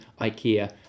IKEA